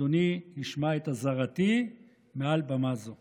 אדוני ישמע את אזהרתי מעל במה זו: